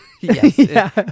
Yes